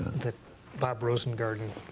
that bob rosengarden